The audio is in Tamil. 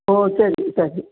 ஓ சரி சரி